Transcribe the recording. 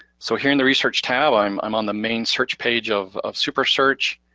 so here in the research tab i'm i'm on the main search page of of super search.